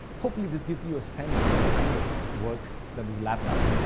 hopefully, this gives you a sense for the kind of work that this lab does.